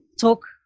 talk